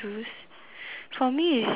for me is just